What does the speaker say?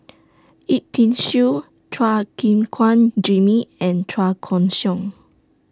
Yip Pin Xiu Chua Gim Guan Jimmy and Chua Koon Siong